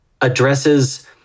addresses